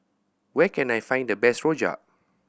where can I find the best rojak